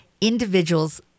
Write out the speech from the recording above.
individuals